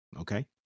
Okay